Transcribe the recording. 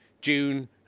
June